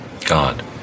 God